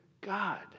God